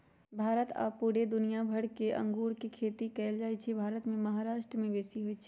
भारत आऽ पुरे दुनियाँ मे अङगुर के खेती कएल जाइ छइ भारत मे महाराष्ट्र में बेशी होई छै